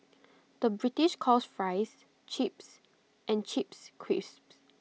the British calls Fries Chips and Chips Crisps